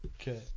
Okay